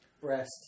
breast